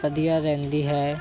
ਵਧੀਆ ਰਹਿੰਦੀ ਹੈ